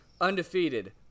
undefeated